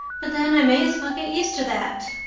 but then, i may as well get used to that.